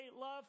love